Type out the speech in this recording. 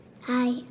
Hi